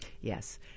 Yes